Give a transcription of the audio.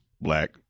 black